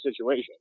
situation